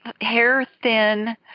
hair-thin